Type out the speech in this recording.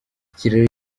ikiraro